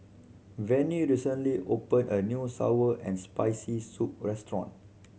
Vennie recently opened a new sour and Spicy Soup restaurant